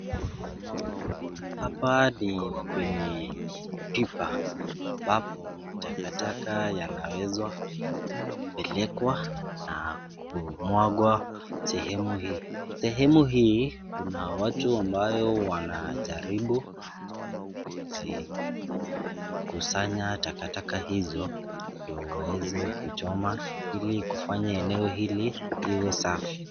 Hapa ni kwenye pipa ambapo matakataka yanaweza kupelekwa na kumwaga sehemu hii, sehemu hii kuna watu ambao wanajaribu kukusanya takataka hizo ndio waweze kuchoma ili kufanya eneo hili liwe safi.